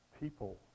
people